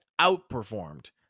outperformed